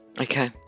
Okay